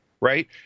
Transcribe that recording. right